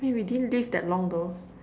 I mean we didn't live that long though